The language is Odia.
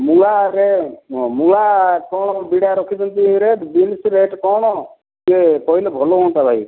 ମୂଳାରେ ମୂଳା କଣ ବିଡ଼ା ରଖିଛନ୍ତି ରେଟ୍ ବିନସ୍ ରେଟ୍ କଣ ଟିକେ କହିଲେ ଭଲ ହୁଅନ୍ତା ଭାଇ